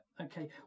okay